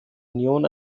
union